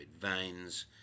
veins